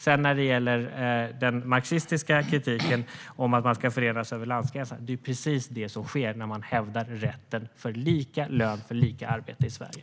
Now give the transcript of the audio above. Sedan gäller det den marxistiska kritiken om att man ska förena sig över landgränserna. Det är precis det som sker när man hävdar rätten till lika lön för lika arbete i Sverige.